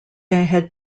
had